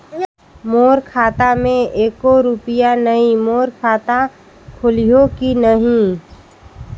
मोर खाता मे एको रुपिया नइ, मोर खाता खोलिहो की नहीं?